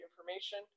information